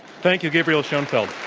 thank you. gabriel schoenfeld.